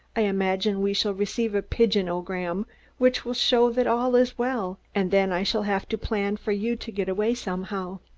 i imagine we shall receive a pigeon-o-gram which will show that all is well. and then i shall have to plan for you to get away somehow.